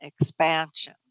expansion